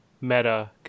meta